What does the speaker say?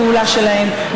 להגן על חופש הפעולה שלהם,